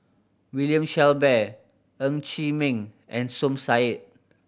William Shellabear Ng Chee Meng and Som Said